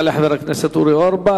חבר הכנסת אורי אורבך,